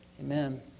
amen